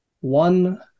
one